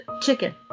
Chicken